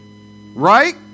Right